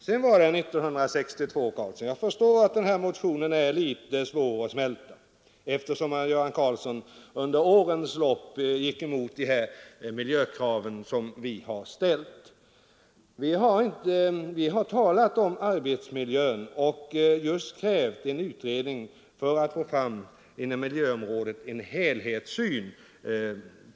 Vidare förstår jag att motionen från 1962 är litet svår att smälta, eftersom herr Göran Karlsson under årens lopp har gått emot de miljökrav vi har ställt. Vi har talat om arbetsmiljö och krävt en utredning just för att inom miljöområdet få fram en helhetssyn.